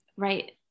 right